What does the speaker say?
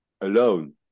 alone